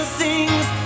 sings